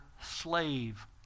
slave